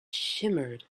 shimmered